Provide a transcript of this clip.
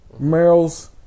Meryl's